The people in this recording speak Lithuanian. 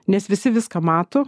nes visi viską mato